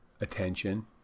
attention